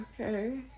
Okay